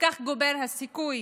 וכך גובר הסיכוי